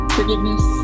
forgiveness